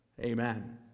Amen